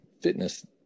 fitness